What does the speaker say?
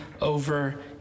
over